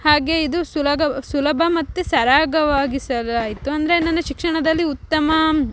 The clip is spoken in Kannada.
ಹಾಗೆ ಇದು ಸುಲಭವ್ ಸುಲಬ ಮತ್ತು ಸರಾಗವಾಗಿ ಅಂದರೆ ನನ್ನ ಶಿಕ್ಷಣದಲ್ಲಿ ಉತ್ತಮ